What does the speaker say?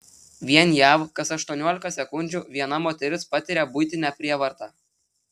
vien jav kas aštuoniolika sekundžių viena moteris patiria buitinę prievartą